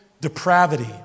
depravity